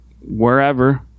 wherever